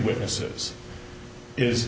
witnesses is